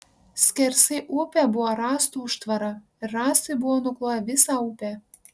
skersai upę buvo rąstų užtvara ir rąstai buvo nukloję visą upę